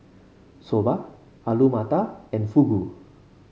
Soba Alu Matar and Fugu